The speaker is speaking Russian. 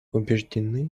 убеждены